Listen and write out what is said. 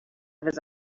his